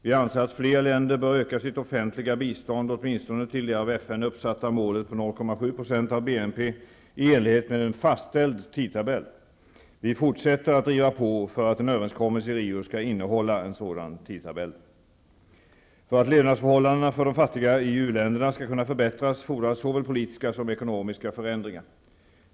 Vi anser att fler länder bör öka sitt offentliga bistånd åtminstone till det av FN uppsatta målet på 0,7 % av BNP i enlighet med en fastställd tidtabell. Vi fortsätter att driva på för att en överenskommelse i Rio skall innehålla en sådan tidtabell. För att levnadsförhållandena för de fattiga i uländerna skall kunna förbättras fordras såväl politiska som ekonomiska förändringar.